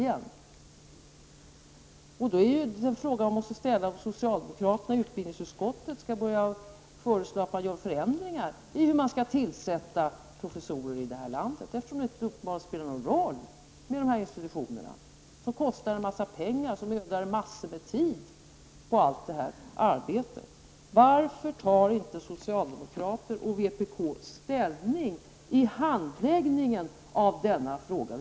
Den fråga man då måste ställa är om socialdemokraterna i utbildningsutskottet skall föreslå att det görs förändringar i systemet för tillsättning av professorer i detta land, eftersom det uppenbarligen inte spelar någon roll vad dessa institutioner säger, som kostar en massa pengar och som ödar massor av tid på allt detta arbete. Varför tar inte socialdemokrater och vpk ställning i handläggningen av denna fråga?